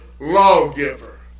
lawgiver